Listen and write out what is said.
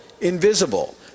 invisible